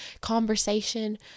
conversation